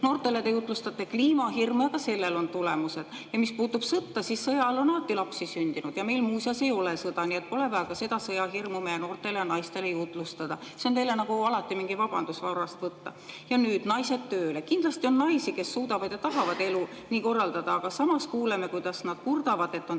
Noortele te jutlustate kliimahirmu ja ka sellel on tulemused. Ja mis puudutab sõda, siis sõjaajal on alati lapsi sündinud. Ja meil, muuseas, ei ole sõda, nii et pole vaja ka sõjahirmu meie noortele naistele jutlustada. See vabandus on teil alati nagu varnast võtta. Ja nüüd, naised tööle. Kindlasti on naisi, kes suudavad ja tahavad elu nii korraldada. Samas kuuleme, kuidas nad kurdavad, et on